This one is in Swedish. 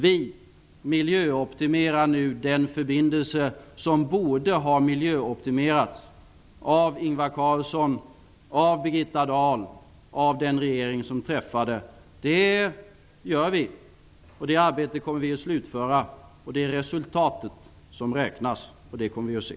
Vi miljöoptimerar nu den förbindelse som borde ha miljöoptimerats av Ingvar Carlsson, av Birgitta Dahl och av den regering som träffade överenskommelsen. Det gör vi. Det arbetet kommer vi att slutföra. Det är resultatet som räknas, vilket vi kommer att se.